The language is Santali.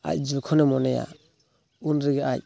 ᱟᱡ ᱡᱚᱠᱷᱚᱱᱮ ᱢᱚᱱᱮᱭᱟ ᱩᱱᱨᱮᱜᱮ ᱟᱡ